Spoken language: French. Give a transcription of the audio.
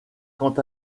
quant